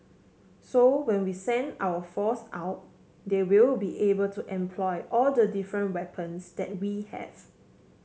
so when we send our force out they will be able to employ all the different weapons that we have